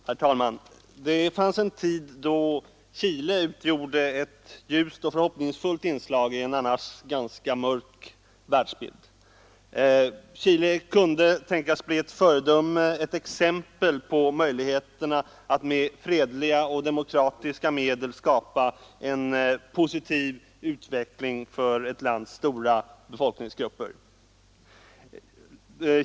Herr talman! Det fanns en tid då Chile utgjorde ett ljust och förhoppningsfullt inslag i en annars ganska mörk världsbild. Chile kunde tänkas bli ett föredöme, ett exempel på möjligheterna att med fredliga och demokratiska medel skapa en positiv utveckling för ett lands stora befolkningsgrupper.